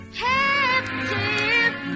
captive